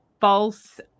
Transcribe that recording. false